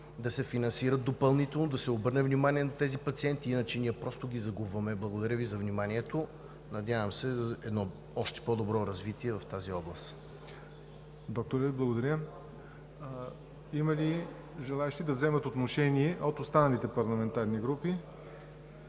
да се финансират допълнително, да се обърне внимание на тези пациенти, иначе ние просто ги загубваме. Благодаря Ви за вниманието. Надявам се за едно още по-добро развитие в тази област. ПРЕДСЕДАТЕЛ ЯВОР НОТЕВ: Докторе, благодаря. Има ли желаещи от останалите парламентарни групи